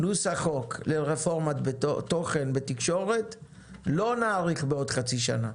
פלוס החוק לרפורמת תוכן בתקשורת לא נאריך בעוד חצי שנה.